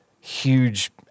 huge